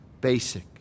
basic